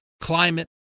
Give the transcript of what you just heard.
climate